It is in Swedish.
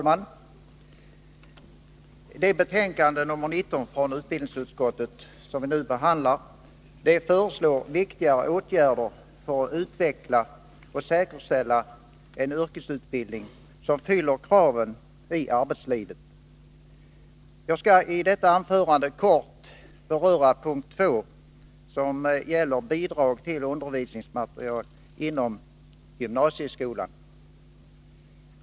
Herr talman! I det betänkande från utbildningsutskottet som vi nu behandlar föreslås viktiga åtgärder för att utveckla och säkerställa en yrkesutbildning som fyller kraven i arbetslivet. Jag skall i detta anförande kort beröra punkt 2, som gäller bidrag till undervisningsmateriel inom gymnasieskolan.